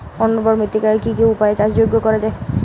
অনুর্বর মৃত্তিকাকে কি কি উপায়ে চাষযোগ্য করা যায়?